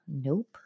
nope